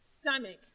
stomach